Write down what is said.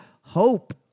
Hope